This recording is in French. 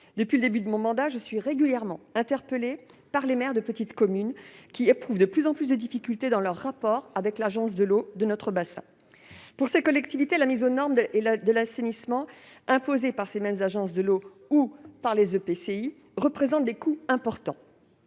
Depuis le début de mon mandat, je suis régulièrement interpellée par les maires de petites communes qui éprouvent de plus en plus de difficultés dans leurs rapports avec l'agence de l'eau de notre bassin. Pour ces collectivités territoriales, la mise aux normes de l'assainissement, imposée par les mêmes agences de l'eau ou par les établissements